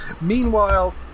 meanwhile